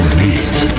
meet